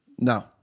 No